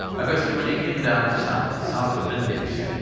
agastya muni came down south south of vindhyas.